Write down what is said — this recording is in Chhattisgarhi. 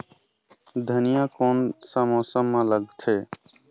धनिया कोन सा मौसम मां लगथे?